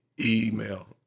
Email